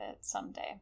someday